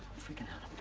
freaking out.